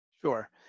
Sure